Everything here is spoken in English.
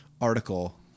article